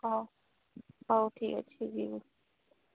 ହଉ ହଉ ଠିକ୍ ଅଛି ଯିବୁ